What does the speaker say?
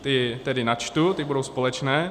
Ty tedy načtu, ty budou společné.